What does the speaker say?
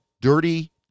dirty